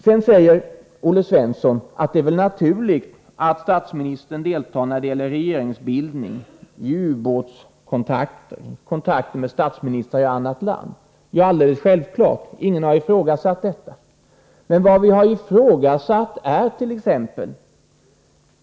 Sedan säger Olle Svensson att det är naturligt att statsministern deltar när det gäller regeringsbildning, ubåtsfrågor och kontakter med statsministrar i andra länder. Ja, alldeles självklart — ingen har ifrågasatt detta. Men vad vi harifrågasatt ärt.ex.